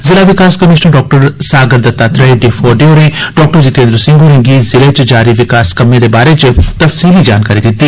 जिला विकास कमिशनर डॉ सागर दत्तात्रेय डायफोडे होरें डॉ जितेंद सिंह होरें गी जिले च जारी विकास कम्में दे बारै च तफसीली जानकारी दित्ती